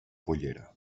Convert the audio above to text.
pollera